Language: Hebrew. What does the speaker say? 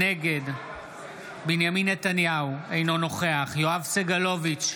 נגד בנימין נתניהו, אינו נוכח יואב סגלוביץ'